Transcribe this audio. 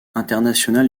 international